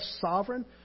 sovereign